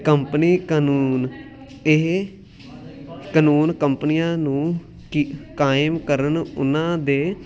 company ਕਾਨੂੰਨ ਇਹ ਕਾਨੂੰਨ ਕੰਪਨੀਆਂ ਨੂੰ ਕੀ ਕਾਇਮ ਕਰਨ ਉਹਨਾਂ ਦੇ